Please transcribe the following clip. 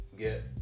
get